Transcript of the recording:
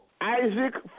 Isaac